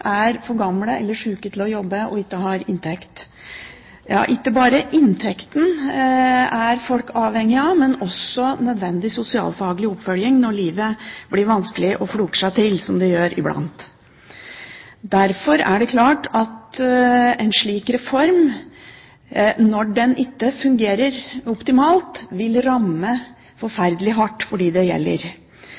er for gamle eller sjuke til å jobbe og ikke har inntekt. Ja, ikke bare inntekten er folk avhengige av, men også nødvendig sosialfaglig oppfølging når livet blir vanskelig og floker seg til, som det gjør iblant. Derfor er det klart at en slik reform når den ikke fungerer optimalt, vil ramme forferdelig hardt for dem det gjelder.